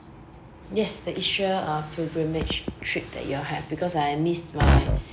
yes the israel uh pilgrimage trip that you all have because I miss my